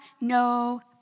no